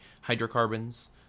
hydrocarbons